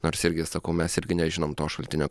nors irgi sakau mes irgi nežinom to šaltinio